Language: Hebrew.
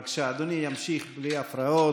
בבקשה, אדוני ימשיך בלי הפרעות.